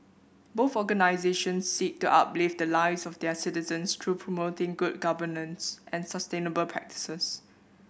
both organisations seek to uplift the lives of their citizens through promoting good governance and sustainable practices